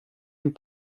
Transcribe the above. been